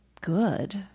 good